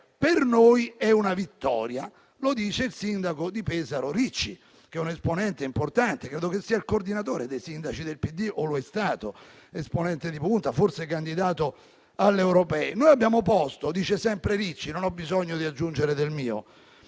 Per noi è una vittoria». Lo dice il sindaco di Pesaro Ricci, che è un esponente importante del PD; credo che sia il coordinatore dei sindaci del PD, o lo è stato, esponente di punta, forse candidato alle europee. «Noi abbiamo posto» - dice sempre Ricci, non ho bisogno di aggiungere del mio